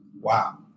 Wow